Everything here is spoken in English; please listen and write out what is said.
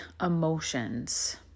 emotions